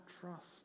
trust